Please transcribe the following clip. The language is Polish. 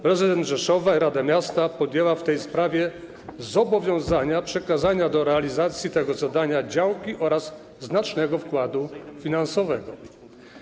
Prezydent Rzeszowa i Rada Miasta podjęli w tej sprawie zobowiązania dotyczące przekazania w celu realizacji tego zadania działki oraz znacznego wkładu finansowego.